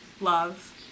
Love